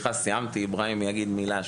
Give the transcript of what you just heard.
סיימתי, איברהים יגיד מילה.